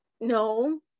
no